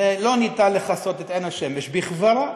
אי-אפשר לכסות את עין השמש בכברה.